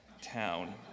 town